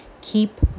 keep